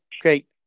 Great